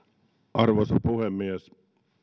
arvoisa puhemies